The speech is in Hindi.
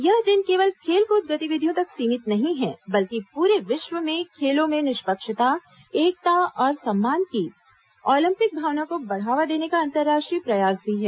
यह दिन केवल खेल कूद गतिविधियों तक सीमित नहीं है बल्कि पूरे विश्व में खेलों में निष्पक्षता एकता और सम्मान की ओलंपिक भावना को बढ़ावा देने का अंतर्राष्ट्रीय प्रयास भी है